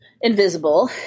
invisible